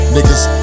Niggas